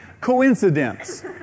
coincidence